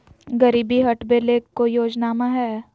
गरीबी हटबे ले कोई योजनामा हय?